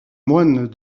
moines